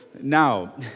Now